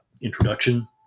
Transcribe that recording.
introduction